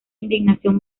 indignación